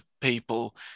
people